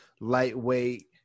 lightweight